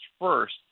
first